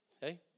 Hey